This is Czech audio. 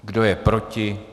Kdo je proti?